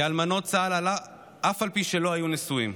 כאלמנות צה"ל אף על פי שלא היו נשואים.